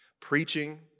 Preaching